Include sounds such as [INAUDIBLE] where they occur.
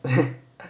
[LAUGHS]